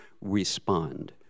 respond